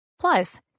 Plus